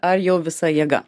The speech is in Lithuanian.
ar jau visa jėga